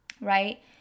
right